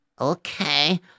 Okay